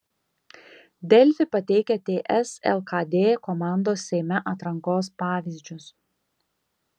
delfi pateikia ts lkd komandos seime atrankos pavyzdžius